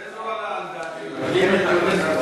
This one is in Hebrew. זה לא עלה על דעתי, מלחמה על